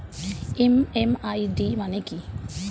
MMID মানে কি?